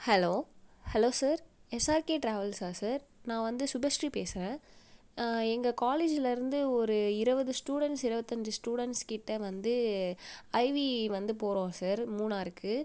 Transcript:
hello hello sir SRK ட்ராவல்ஸ்ஸா sir நான் வந்து சுபஸ்ஸ்ரீ பேசுகிறேன் எங்கள் காலேஜிலிருந்து ஒரு இருபது ஸ்டூடெண்ட்ஸ் இருவத்தஞ்சி ஸ்டூடெண்ட்ஸ்கிட்ட வந்து ஐவி வந்து போகிறோம் சார் மூணாறுக்கு